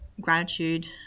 gratitude